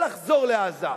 לא לחזור לעזה.